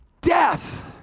death